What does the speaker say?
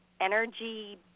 energy